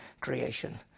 creation